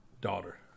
Daughter